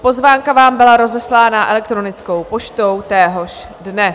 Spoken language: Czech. Pozvánka vám byla rozeslána elektronickou poštou téhož dne.